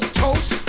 toast